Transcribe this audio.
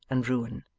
and ruin!